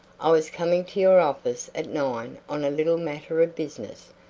i was coming to your office at nine on a little matter of business,